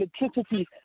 electricity